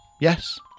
yes